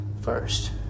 First